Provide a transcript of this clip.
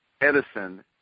Edison